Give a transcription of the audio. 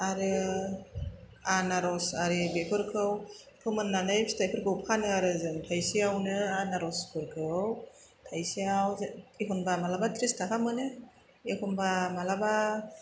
आरो आनारस आरि बेफोरखौ फोमोननानै फिथाइफोरखौ फानो आरो जों थाइसेआवनो आनारसफोरखौ थाइसेआव एखमबा मालाबा थ्रिस थाखा मोनो एखमबा मालाबा